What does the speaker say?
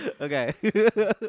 Okay